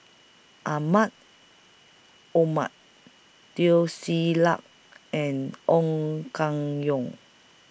Mahmud Ahmad Teo Ser Luck and Ong Keng Yong